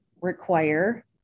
require